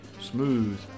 smooth